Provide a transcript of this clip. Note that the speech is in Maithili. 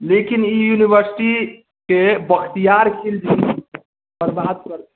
लेकिन ई यूनिवर्सिटी के बख्तियार खिलजी बर्बाद कर